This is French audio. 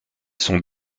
sont